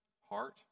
heart